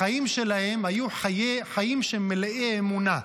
החיים שלהם היו חיים מלאי אמונה.